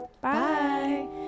bye